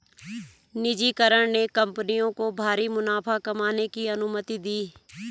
निजीकरण ने कंपनियों को भारी मुनाफा कमाने की अनुमति दी